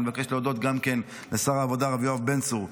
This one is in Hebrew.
אני מבקש להודות גם לשר העבודה הרב יואב בן צור,